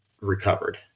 recovered